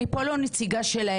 אני פה לא נציגה שלהם,